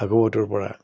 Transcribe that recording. ভাগৱতৰপৰা